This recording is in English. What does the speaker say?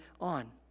on